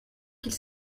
qu’il